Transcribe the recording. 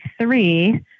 three